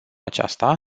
aceasta